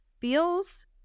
feels